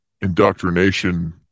indoctrination